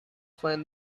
find